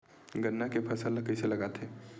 गन्ना के फसल ल कइसे लगाथे?